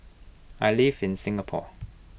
I live in Singapore